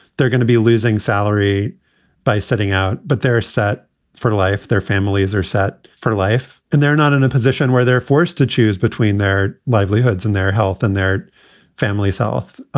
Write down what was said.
they're going to be losing salary by setting out, but they're set for life. their families are set for life and they're not in a position where they're forced to choose between their livelihoods and their health and their family's health.